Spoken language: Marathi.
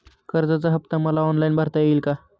कर्जाचा हफ्ता मला ऑनलाईन भरता येईल का?